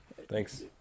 Thanks